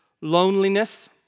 loneliness